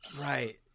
Right